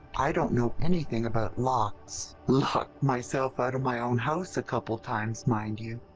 i don't know anything about locks. locked myself out of my own house a couple times, mind you.